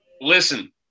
listen